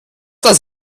das